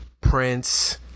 Prince